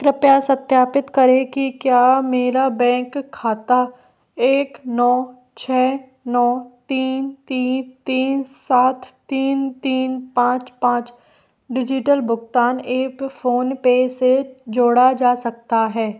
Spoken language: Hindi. कृपया सत्यापित करें कि क्या मेरा बैंक खाता एक नौ छः नौ तीन तीन तीन सात तीन तीन पाँच पाँच डिजिटल भुगतान ऐप फ़ोन पे से जोड़ा जा सकता है